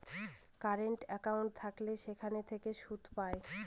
current account থাকলে সেখান থেকে সুদ পায়